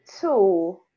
Two